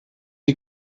die